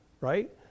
right